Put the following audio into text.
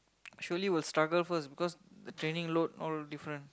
surely will struggle first because the training load know all different